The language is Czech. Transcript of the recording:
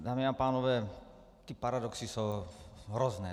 Dámy a pánové, ty paradoxy jsou hrozné.